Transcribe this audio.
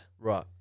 right